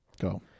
Go